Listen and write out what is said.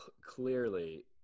clearly